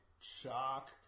shock